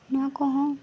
ᱱᱚᱣᱟ ᱠᱚᱦᱚᱸ